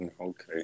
Okay